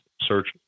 search